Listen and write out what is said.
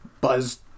Buzz